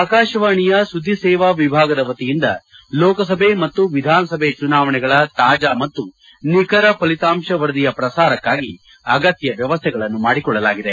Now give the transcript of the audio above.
ಆಕಾಶವಾಣಿಯ ಸುದ್ದಿ ಸೇವಾ ವಿಭಾಗದ ವತಿಯಿಂದ ಲೋಕಸಭೆ ಮತ್ತು ವಿಧಾನಸಭೆ ಚುನಾವಣೆಗಳ ತಾಜಾ ಮತ್ತು ನಿಖರ ಫಲಿತಾಂಶ ವರದಿಯ ಪ್ರಸಾರಕ್ಕಾಗಿ ಅಗತ್ಯ ವ್ಯವಸ್ಥೆಗಳನ್ನು ಮಾಡಿಕೊಳ್ಳಲಾಗಿದೆ